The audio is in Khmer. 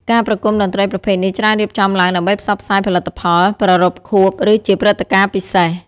ការប្រគំតន្ត្រីប្រភេទនេះច្រើនរៀបចំឡើងដើម្បីផ្សព្វផ្សាយផលិតផល ប្រារព្ធខួប ឬជាព្រឹត្តិការណ៍ពិសេស។